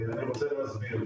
אני רוצה להסביר,